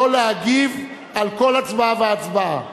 לא להגיב על כל הצבעה והצבעה,